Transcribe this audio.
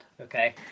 okay